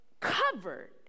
covered